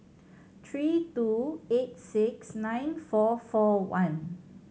three two eight six nine four four one